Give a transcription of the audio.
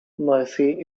mercy